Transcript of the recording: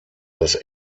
das